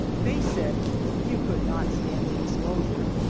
faye said you could not stand the exposure,